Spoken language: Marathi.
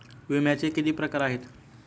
विम्याचे किती प्रकार आहेत?